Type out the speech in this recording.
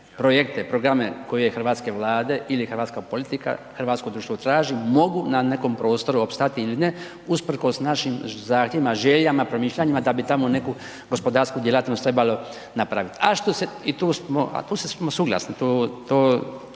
projekte, programe koje hrvatske vlade ili hrvatska politika, hrvatsko društvo traži mogu na nekom prostoru opstati ili ne usprkos našim zahtjevima, željama, promišljanjima da bi tamo neku gospodarsku djelatnost trebalo napraviti. A što se, a tu smo suglasni, to